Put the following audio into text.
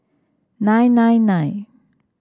nine nine nine